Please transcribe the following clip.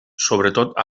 sobretot